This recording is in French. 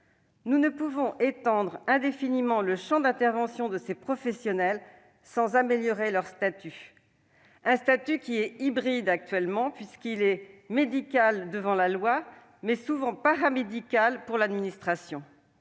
nous ne pouvons étendre indéfiniment le champ d'intervention des professionnels sans améliorer leur statut, qui est actuellement hybride, puisqu'il est médical devant la loi, mais souvent paramédical pour l'administration.